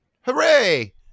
Hooray